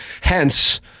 Hence